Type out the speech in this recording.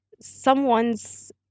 someone's